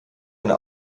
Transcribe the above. eine